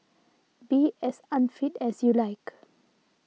be as unfit as you like